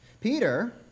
Peter